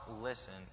listen